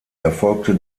erfolgte